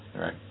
Right